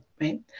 right